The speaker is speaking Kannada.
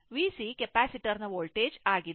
VC t ಕೆಪಾಸಿಟರ್ ನ ವೋಲ್ಟೇಜ್ ಆಗಿದೆ